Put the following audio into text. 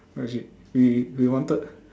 no as in we we wanted